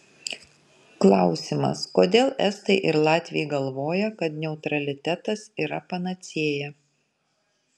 klausimas kodėl estai ir latviai galvojo kad neutralitetas yra panacėja